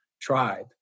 tribe